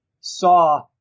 saw